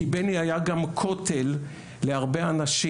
כי בני היה גם כותל להרבה אנשים,